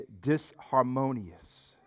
disharmonious